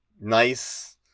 nice